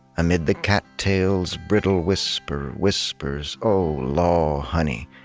amid the cattails' brittle whisper whispers o, law', honey,